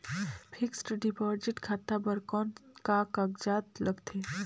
Fixed deposit खाता बर कौन का कागजात लगथे?